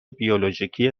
بیولوژیکی